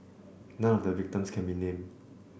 none of the victims can be named